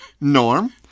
Norm